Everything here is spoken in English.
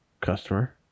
customer